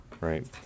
right